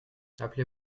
appelez